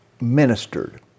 ministered